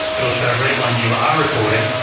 it'll show red when you are recording.